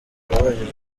twabajije